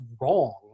wrong